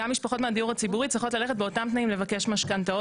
גם משפחות מהדיור הציבורי צריכות ללכת באותם תנאים לבקש משכנתאות,